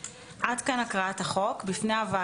זאת תוספת שנוגעת להגדרה "מסגרת רווחה" באותו